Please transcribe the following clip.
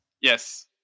Yes